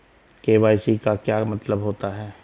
KYC का क्या मतलब होता है?